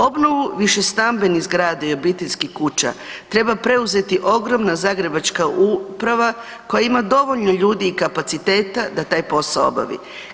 Obnovu više stambenih zgrada i obiteljskih kuća treba preuzeti ogromna zagrebačka uprava koja ima dovoljno ljudi i kapaciteta da taj posao obavi.